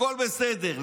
הכול בסדר.